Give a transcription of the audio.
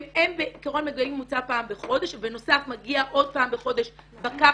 הם בעיקרון מגיעים בממוצע פעם בחודש ובנוסף מגיע עוד פעם בחודש בקר